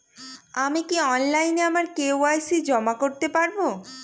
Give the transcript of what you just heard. আমি কি অনলাইন আমার কে.ওয়াই.সি জমা করতে পারব?